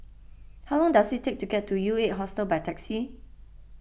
how long does it take to get to U eight Hostel by taxi